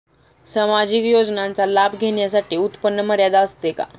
सामाजिक योजनांचा लाभ घेण्यासाठी उत्पन्न मर्यादा असते का?